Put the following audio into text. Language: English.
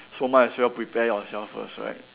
so might as well prepare yourself first right